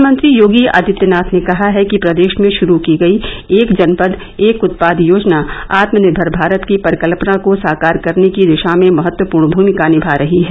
मुख्यमंत्री योगी आदित्यनाथ ने कहा है कि प्रदेश में शुरू की गयी एक जनपद एक उत्पाद योजना आत्मनिर्मर भारत की परिकल्पना को साकार करने की दिशा में महत्वपूर्ण भूमिका निभा रही है